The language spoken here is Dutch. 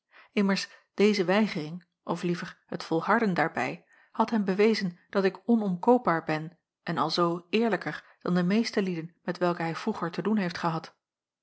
immers deze weigering of liever het volharden daarbij had hem bewezen dat ik onomkoopbaar ben en alzoo eerlijker dan de meeste lieden met welke hij vroeger te doen heeft gehad